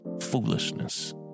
Foolishness